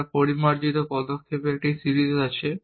আমরা পরিমার্জন পদক্ষেপ একটি সিরিজ আছে